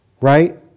right